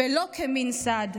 ולא כמין סד,